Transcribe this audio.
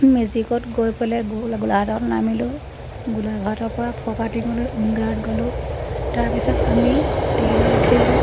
মেজিকত গৈ পেলাই গোলাঘাটত নামিলোঁ গোলাঘাটৰপৰা ফৰকাটিঙলৈ উইংগাৰত গলোঁ তাৰপিছত আমি ট্ৰেইনত উঠিলোঁ